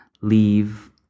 leave